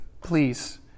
Please